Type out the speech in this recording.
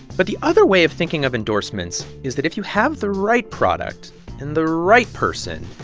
but the other way of thinking of endorsements is that if you have the right product and the right person,